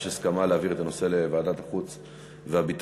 יש הסכמה להעביר את הנושא לוועדת החוץ והביטחון.